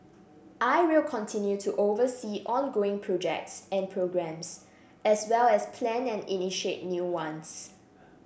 I will continue to oversee ongoing projects and programmes as well as plan and initiate new ones